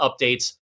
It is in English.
updates